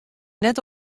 net